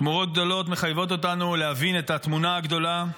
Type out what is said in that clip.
תמורות גדולות מחייבות אותנו להבין את התמונה הגדולה,